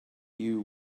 you